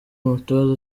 umutoza